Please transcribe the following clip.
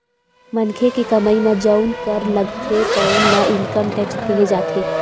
मनखे के कमई म जउन कर लागथे तउन ल इनकम टेक्स केहे जाथे